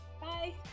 bye